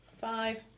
five